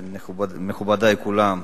מכובדי, כולם,